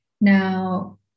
Now